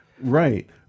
Right